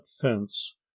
fence